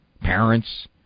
parents